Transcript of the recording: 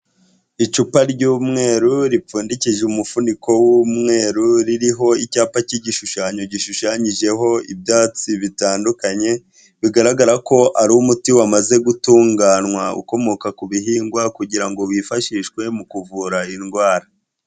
Icupa ry'umweru, ripfundikije umufuniko w'umweru, ririho icyapa cy'igishushanyo gishushanyijeho ibyatsi bitandukanye, bigaragara ko ari umuti wamaze gutunganywa, ukomoka ku bihingwa kugira ngo wifashishwe mu kuvura indwara.